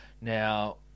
Now